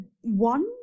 one